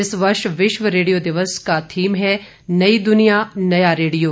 इस वर्ष विश्व रेडियो दिवस का थीम है नई दुनिया नया रेडियो